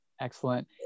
Excellent